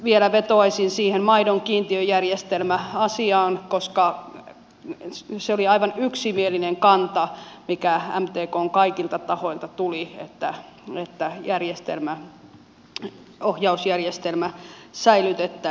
vielä vetoaisin siihen maidon kiintiöjärjestelmäasiaan koska se oli aivan yksimielinen kanta mikä mtkn kaikilta tahoilta tuli että ohjausjärjestelmä säilytettäisiin